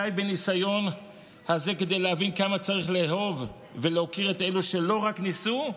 די בניסיון הזה כדי להבין כמה צריך לאהוב ולהוקיר את אלו שלא רק ניסו,